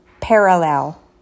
parallel